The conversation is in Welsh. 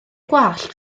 gwallt